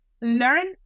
learn